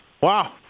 Wow